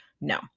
no